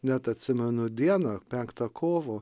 net atsimenu dieną penktą kovo